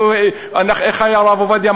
איך הרב עובדיה,